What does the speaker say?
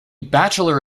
bachelor